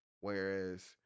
Whereas